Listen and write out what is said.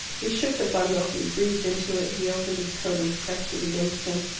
he shook the bundle he breathed into it he opened his coat and pressed it against him.